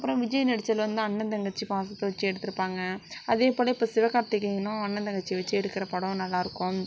அப்றம் விஜய் நடிச்சதில் வந்து அண்ணன் தங்கச்சி பாசத்தை வச்சு எடுத்துருப்பாங்க அதேபோல் இப்போ சிவகார்த்திகேயன் அண்ணன் தங்கச்சியை வச்சு எடுக்கிற படம் நல்லாயிருக்கும்